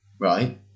Right